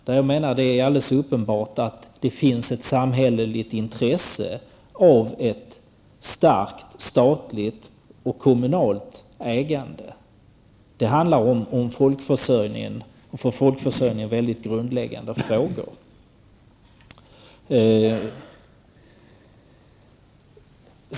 Där finns alldeles uppenbart ett samhälleligt intresse av ett starkt statligt och kommunalt ägande. Det handlar om för folkförsörjningen väldigt grundläggande frågor.